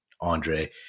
Andre